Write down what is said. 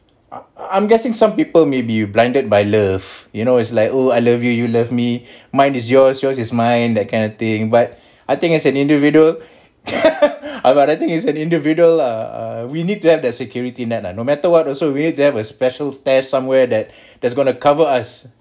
I I'm guessing some people may be blinded by love you know it's like oh I love you you love me mine is yours yours is mine that kind of thing but I think as an individual um I think is an individual uh uh we need to have that security net ah no matter what also we need to have a special stash somewhere that that's going to cover us